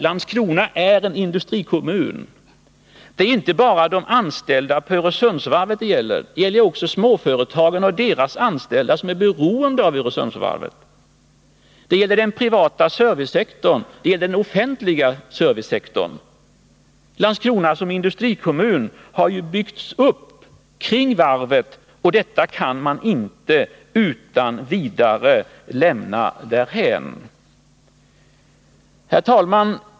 Landskrona är en industrikommun. Det innebär att det inte bara är de anställda på Öresundsvarvet som berörs, utan också småföretagen och deras anställda som är beroende av varvet. Det berör också såväl den privata som den offentliga servicesektorn. Landskrona som industrikommun har ju byggts upp kring varvet, och detta kan man inte utan vidare lämna därhän. Herr talman!